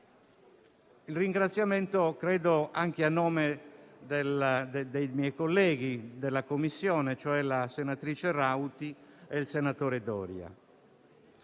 un ringraziamento anche a nome dei miei colleghi della Commissione, la senatrice Rauti e il senatore Doria.